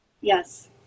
Yes